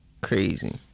Crazy